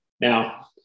Now